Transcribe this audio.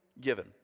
given